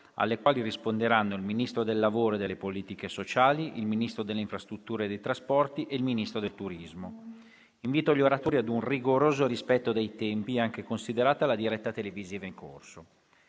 alle quali risponderanno il Ministro del lavoro e delle politiche sociali, il Ministro delle infrastrutture e dei trasporti e il Ministro del turismo. Invito gli oratori ad un rigoroso rispetto dei tempi, considerata la diretta televisiva in corso.